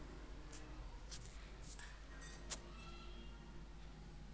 कोनो भी मनखे या कोनो संस्था जउन ह कमती समे मुद्रा उधारी देय बर तियार हवय अइसन म ओहा मुद्रा बजार के अंग होथे